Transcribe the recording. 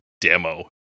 demo